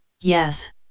Yes